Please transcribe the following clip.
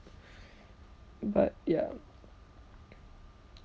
but ya